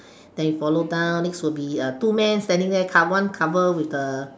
then you follow down next would be uh two man standing there car one cover with the